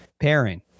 pairing